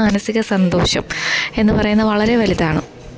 മാനസിക സന്തോഷം എന്ന് പറയുന്നത് വളരെ വലുതാണ്